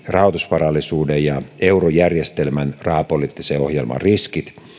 rahoitusvarallisuuden ja eurojärjestelmän rahapoliittisen ohjelman riskit